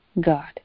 God